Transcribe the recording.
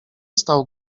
stał